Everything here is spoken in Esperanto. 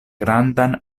grandan